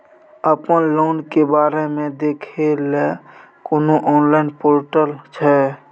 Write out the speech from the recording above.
अपन लोन के बारे मे देखै लय कोनो ऑनलाइन र्पोटल छै?